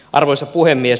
arvoisa puhemies